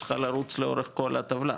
צריכה לרוץ לאורך כל הטבלה,